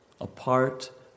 apart